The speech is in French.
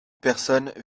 personnes